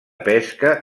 pesca